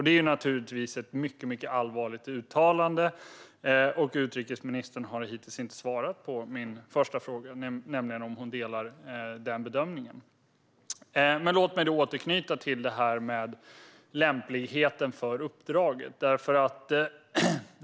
Det är naturligtvis ett mycket allvarligt uttalande. Utrikesministern har hittills inte svarat på min första fråga, nämligen om hon delar denna bedömning. Låt mig återknyta till frågan om lämpligheten för uppdraget.